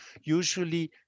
usually